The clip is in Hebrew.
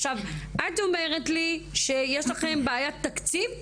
עכשיו את אומרת לי שיש לכם בעיית תקציב?